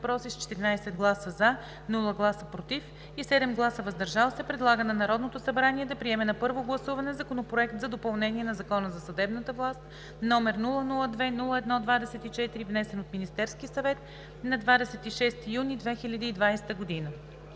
въпроси с 14 гласа „за“, без „против“ и 7 гласа „въздържал се“ предлага на Народното събрание да приеме на първо гласуване Законопроект за допълнение на Закона за съдебната власт, № 002-01-24, внесен от Министерския съвет на 26 юни 2020 г.“